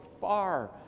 far